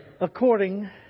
according